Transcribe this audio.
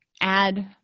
add